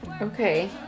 Okay